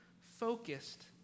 focused